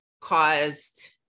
caused